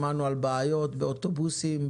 שמענו על בעיות באוטובוסים,